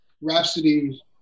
Rhapsody